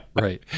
right